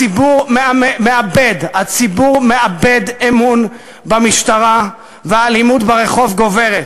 הציבור מאבד אמון במשטרה, והאלימות ברחוב גוברת.